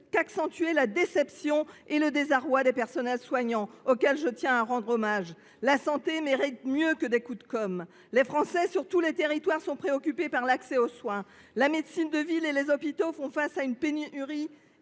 qu’accroître la déception et le désarroi des personnels soignants, auxquels je tiens à rendre hommage. La santé mérite mieux que des « coups de com’ ». Les Français sur tous les territoires sont préoccupés par l’accès aux soins. La médecine de ville et les hôpitaux font face à une pénurie